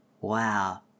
Wow